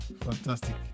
fantastic